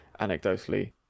anecdotally